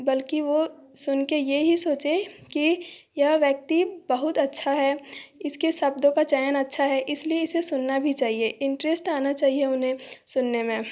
बल्कि वो सुनकर यही सोचे कि यह व्यक्ति बहुत अच्छा है इसके शब्दों का चयन अच्छा है इसलिए इसे सुनना भी चहिए इंटरेस्ट आना चाहिए उन्हें सुनने में